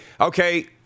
okay